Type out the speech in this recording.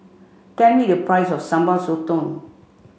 tell me the price of Sambal Sotong